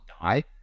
die